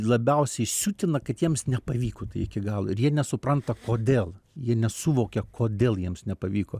labiausiai siutina kad jiems nepavyko tai iki galo ir jie nesupranta kodėl jie nesuvokia kodėl jiems nepavyko